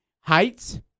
Heights